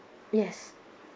yes